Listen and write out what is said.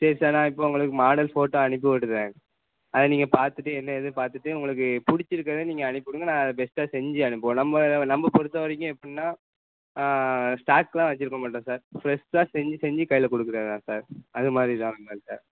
சரி சார் நான் இப்போ உங்களுக்கு மாடல் ஃபோட்டோ அனுப்பிவிடுதேன் அதை நீங்கள் பாத்துட்டு என்ன ஏதுன்னு பார்த்துட்டு உங்களுக்கு பிடிச்சிருக்குறத நீங்கள் அனுப்பிவிடுங்க நாங்கள் அதை பெஸ்ட்டாக செஞ்சு அனுப்புவோம் நம்ம நம்ம பொறுத்தவரைக்கும் எப்படின்னா ஸ்டாக்லாம் வச்சிருக்க மாட்டோம் சார் ஃப்ரஷ்ஷாக செஞ்சு செஞ்சு கையில் கொடுக்குறது தான் சார் அதுமாதிரி தான் நம்மள்ட்ட